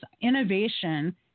innovation